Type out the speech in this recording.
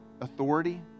authority